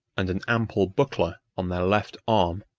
and an ample buckler on their left arm.